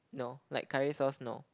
no like curry sauce no